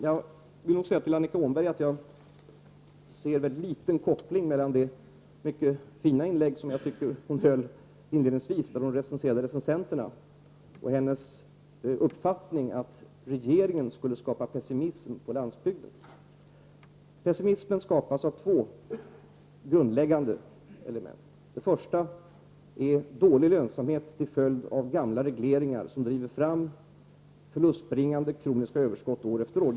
Jag vill till Annika Åhnberg säga att jag ser en mycket svag koppling mellan det mycket fina inlägg hon höll inledningsvis där hon recenserade recensenterna och hennes uppfattning att regeringen skulle skapa pessimism på landsbygden. Pessimismen skapas av två grundläggande element. Det första är dålig lönsamhet till följd av gamla regleringar som driver fram förlustbringande kroniska överskott år efter år.